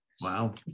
Wow